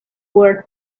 were